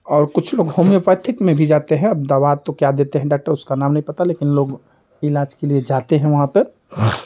और कुछ लोग होम्योपैथिक में भी जाते हैं अब दवा तो क्या देते हैं उसका नाम नहीं पता लेकिन लोग इलाज के लिए जाते हैं वहाँ पर